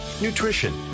Nutrition